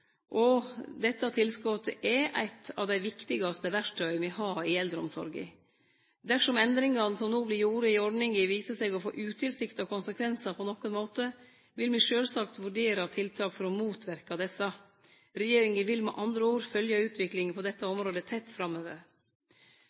investeringstilskot. Dette tilskotet er eit av dei viktigaste verktøya me har i eldreomsorga. Dersom endringane som no vert gjorde i ordninga, viser seg å få utilsikta konsekvensar på nokon måte, vil me sjølvsagt vurdere tiltak for å motverke dei. Regjeringa vil med andre ord følgje utviklinga på dette området tett framover.